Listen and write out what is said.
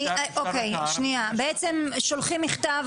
בעצם שולחים מכתב,